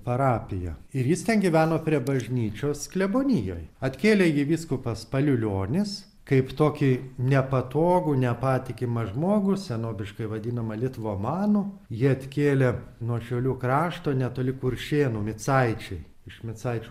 parapiją ir jis ten gyveno prie bažnyčios klebonijoj atkėlė jį vyskupas paliulionis kaip tokį nepatogų nepatikimą žmogų senoviškai vadinamą litvamanu jį atkėlė nuo šiaulių krašto netoli kuršėnų micaičiai iš micaičių